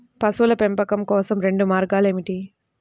పశువుల పెంపకం కోసం రెండు మార్గాలు ఏమిటీ?